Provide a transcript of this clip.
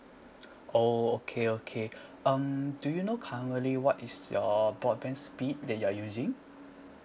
oh okay okay um do you know currently what is your broadband speed that you are using